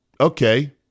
okay